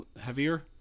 Heavier